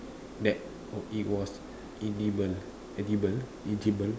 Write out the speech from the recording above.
that it was edible edible edible